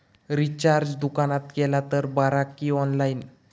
Recharge दुकानात केला तर बरा की ऑनलाइन?